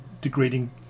degrading